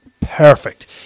Perfect